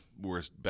Worst